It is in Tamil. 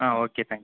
ah okay thank you ma'am